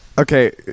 Okay